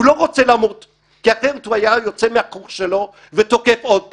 הוא לא רוצה למות כי אחרת הוא היה יוצא מהכוך שלו ותוקף עוד פעם.